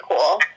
cool